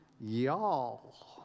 Y'all